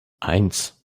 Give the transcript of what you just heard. eins